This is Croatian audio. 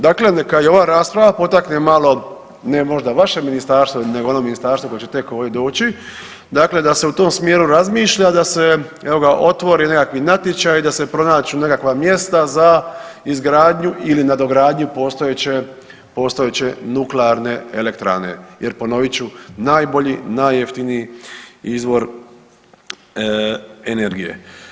Dakle, neka i ova rasprava potakne malo ne možda vaše ministarstvo nego ono ministarstvo koje će tek ovdje doći, dakle da se u tom smjeru razmišlja, da se evo ga otvori nekakvi natječaji, da se pronađu nekakva mjesta za izgradnju ili nadogradnju postojeće, postojeće nuklearne elektrane jer ponovit ću, najbolji, najjeftiniji izvor energije.